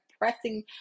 Pressing